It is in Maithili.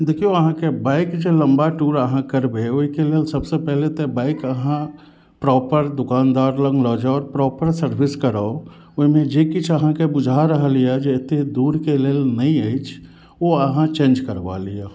देखियौ अहाँके बाइक जे लम्बा टूर अहाँ करबै ओहिके लेल सबसे पहिले तऽ बाइक अहाँ प्रॉपर दुकानदार लग लऽ जाउ प्रॉपर सर्विस कराउ ओइहिमे जे किछु अहाँके बुझा रहल यऽ जे एते दूरके लेल नहि अछि ओ अहाँ चेंज करबा लियऽ